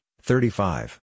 thirty-five